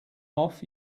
off